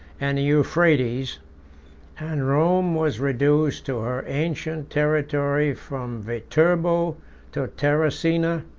and the euphrates and rome was reduced to her ancient territory from viterbo to terracina,